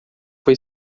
foi